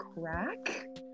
crack